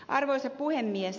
arvoisa puhemies